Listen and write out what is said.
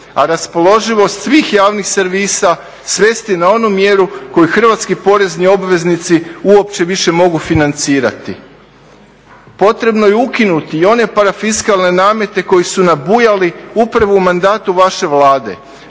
A raspoloživost svih javnih servisa svesti na onu mjeru koju hrvatski porezni obveznici uopće više mogu financirati. Potrebno je i ukinuti i one parafiskalne namete koji su nabujali upravo u mandatu vaše Vlade.